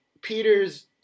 Peter's